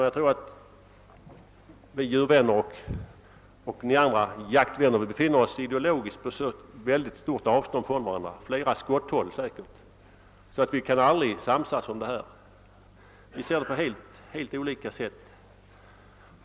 Jag tror att vi djurvänner och ni jaktvänner ideologiskt är på så stort avstånd från varandra — säkerligen flera skotthåll — att vi aldrig kan samsas härvidlag. Vi ser saken på helt olika sätt.